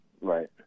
right